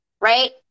right